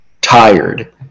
tired